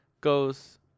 goes